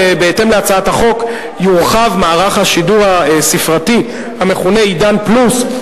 בהתאם להצעת החוק יורחב מערך השידור הספרתי המכונה "עידן +",